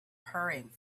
hurrying